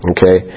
Okay